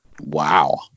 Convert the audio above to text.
Wow